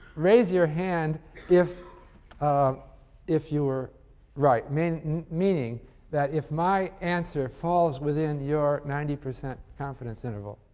raise your hand if if you were right, meaning meaning that if my answer falls within your ninety percent confidence interval,